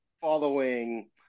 following